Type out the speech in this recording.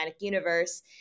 Universe